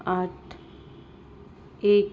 ਅੱਠ ਇੱਕ